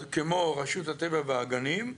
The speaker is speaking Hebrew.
כמו רשות הטבע והגנים,